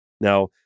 Now